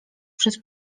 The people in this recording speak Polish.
przez